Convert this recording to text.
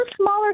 smaller